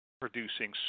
producing